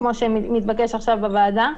כמו שמתבקש עכשיו בוועדה.